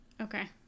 Okay